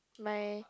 my